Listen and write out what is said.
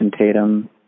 Tatum